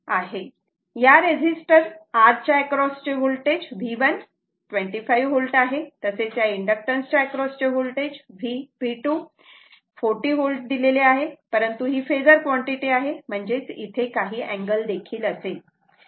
या resistance R च्या एक्रॉसचे होल्टेज V1 25 V आहे तसेच या इन्डक्टन्स च्या एक्रॉसचे होल्टेज V 40 V दिलेले आहे परंतु ही फेजर कॉन्टिटी आहे म्हणजेच इथे काही अँगल देखील असेल